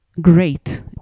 great